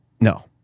no